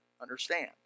Understand